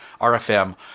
RFM